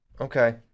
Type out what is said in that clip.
Okay